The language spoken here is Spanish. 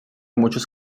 muchos